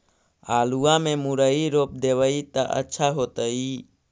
आलुआ में मुरई रोप देबई त अच्छा होतई?